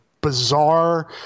bizarre